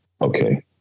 okay